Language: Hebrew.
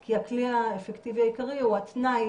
כי הכלי האפקטיבי העיקרי הוא התנאי